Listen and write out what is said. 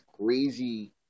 crazy